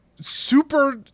super